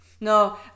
no